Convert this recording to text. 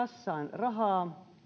tule kassaan rahaa